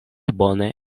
bone